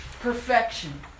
perfection